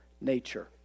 nature